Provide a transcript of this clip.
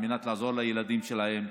על מנת לעזור לילדים שלהם.